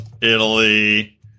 Italy